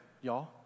y'all